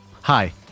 Hi